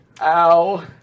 Ow